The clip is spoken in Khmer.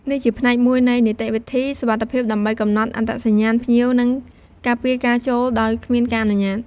នេះជាផ្នែកមួយនៃនីតិវិធីសុវត្ថិភាព ដើម្បីកំណត់អត្តសញ្ញាណភ្ញៀវ និងការពារការចូលដោយគ្មានការអនុញ្ញាត។